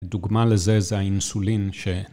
דוגמה לזה זה האינסולין ש...